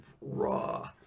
raw